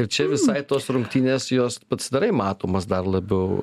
ir čia visai tos rungtynės jos pasidarai matomas dar labiau